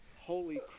holy